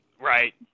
Right